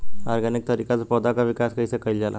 Organic तरीका से पौधा क विकास कइसे कईल जाला?